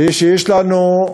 הוא שיש לנו,